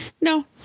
no